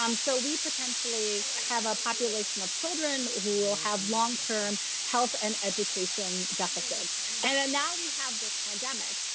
um so, we potentially have a population of children who will have long-term health and education deficits. and now we have this pandemic,